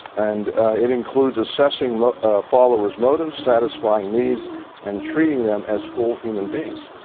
and it includes assessing followers motives satisfying needs and treating them as full human beings.